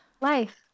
Life